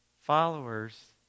Followers